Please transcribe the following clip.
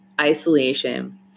isolation